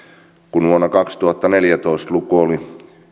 kun vuonna kaksituhattaneljätoista luku oli